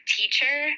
teacher